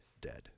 dead